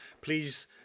please